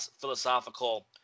philosophical